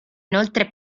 inoltre